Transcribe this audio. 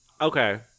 Okay